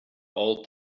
all